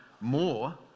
more